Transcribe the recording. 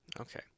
okay